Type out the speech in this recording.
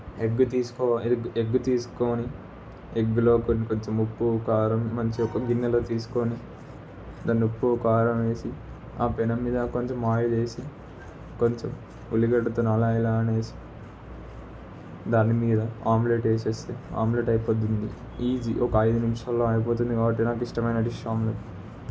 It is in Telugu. ఎగ్గు తీసుకోవాలి ఎగ్ ఎగ్ తీసుకొని ఎగ్గులో కొన్ని కొంచెం ఉప్పు కారం మంచిగా ఒక గిన్నెలో తీసుకొని దానిలో ఉప్పు కారం వేసి ఆ పెనం మీద కొంచెం ఆయిల్ వేసి కొంచెం ఉల్లిగడ్డతోని అలా ఇలా అనేసి దానిమీద ఆమ్లెట్ వేసేస్తే ఆమ్లెట్ అయిపోతుంది ఈజీ ఒక ఐదు నిమిషాల్లో అయిపోతుంది కాబట్టి నాకు ఇష్టమైన డిష్ ఆమ్లెట్